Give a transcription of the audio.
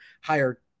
higher